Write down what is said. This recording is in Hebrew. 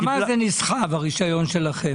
למה זה נסחב הרישיון שלכם?